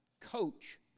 coach